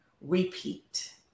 repeat